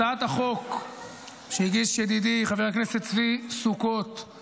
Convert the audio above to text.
הצעת החוק שהגיש ידידי חבר הכנסת צבי סוכות היא